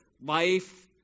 life